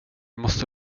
måste